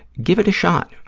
give it a shot.